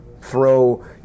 throw